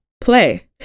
play